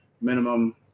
minimum